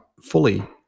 fully